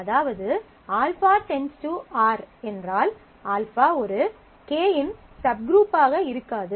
அதாவது α → R என்றால் α ஒரு k இன் சப்குரூப்பாக இருக்காது